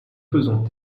faisons